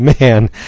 man